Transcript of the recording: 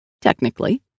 Technically